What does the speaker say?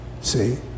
See